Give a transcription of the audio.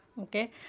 okay